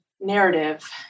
narrative